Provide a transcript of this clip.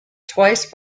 twice